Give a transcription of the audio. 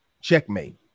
checkmate